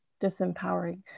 disempowering